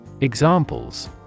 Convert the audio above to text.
Examples